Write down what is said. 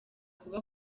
kuba